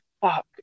fuck